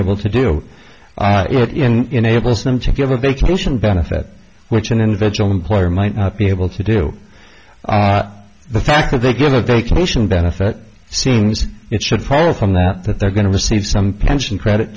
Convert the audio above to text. able to do it enables them to give a vacation benefit which an individual employer might not be able to do the fact that they get a vacation benefit seems it should fall from the that they're going to receive some pension credit